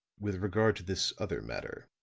with regard to this other matter.